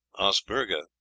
osburgha,